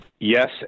Yes